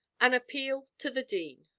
an appeal to the dean.